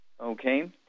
okay